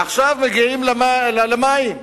עכשיו מגיעים למים.